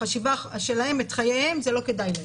ובחשיבה שלהם את חייהם זה לא כדאי להם.